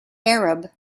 arab